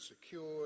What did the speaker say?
secured